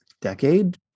decade